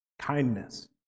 kindness